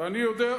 ממש לא.